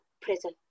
prison